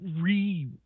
re